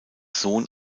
sohn